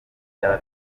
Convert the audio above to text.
byaba